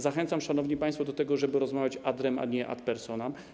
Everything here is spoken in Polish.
Zachęcam, szanowni państwo, do tego, żeby rozmawiać ad rem a nie ad personam.